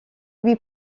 lui